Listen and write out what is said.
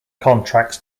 contracts